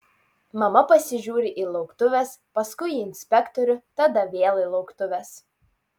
mama pasižiūri į lauktuves paskui į inspektorių tada vėl į lauktuves